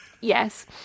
yes